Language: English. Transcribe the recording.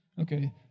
Okay